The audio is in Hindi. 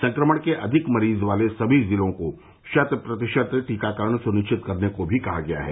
संक्रमण के अधिक मरीज वाले सभी जिलों को शतप्रतिशत टीकाकरण सुनिश्चित करने को भी कहा गया है